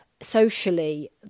socially